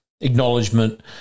acknowledgement